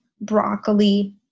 broccoli